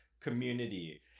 community